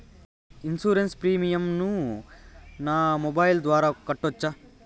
Insurance premium ను నా mobile ద్వారా కట్టొచ్చా?